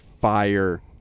fire